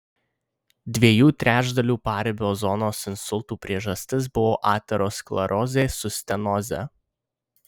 dviejų trečdalių paribio zonos insultų priežastis buvo aterosklerozė su stenoze